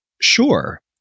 sure